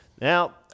now